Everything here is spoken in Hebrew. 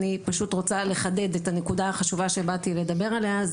אני פשוט רוצה לחדד את הנקודה החשובה שבאתי לדבר עליה.